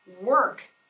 work